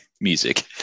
music